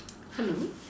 hello